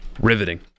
Riveting